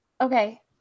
Okay